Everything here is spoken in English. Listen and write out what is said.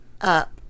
up